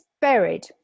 buried